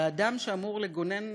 והאדם שאמור לגונן